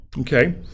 Okay